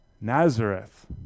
Nazareth